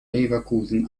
leverkusen